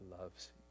loves